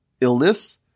illness